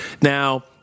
Now